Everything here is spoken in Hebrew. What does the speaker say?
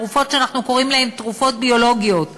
התרופות שאנחנו קוראים להן תרופות ביולוגיות,